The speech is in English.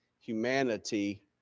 humanity